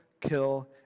kill